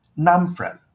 NAMFREL